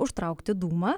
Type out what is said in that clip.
užtraukti dūmą